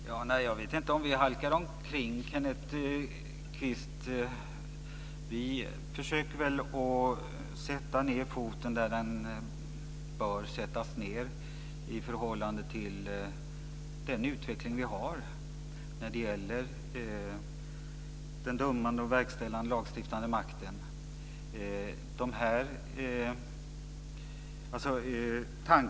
Fru talman! Jag vet inte om vi halkar omkring, Kenneth Kvist. Vi försöker sätta ned foten där den bör sättas ned i förhållande till den utveckling som vi har när det gäller den dömande och verkställande lagstiftande makten.